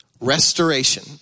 restoration